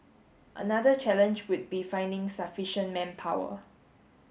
another challenge would be finding sufficient manpower